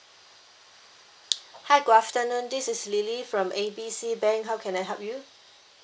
hi good afternoon this is lily from A B C bank how can I help you